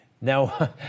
Now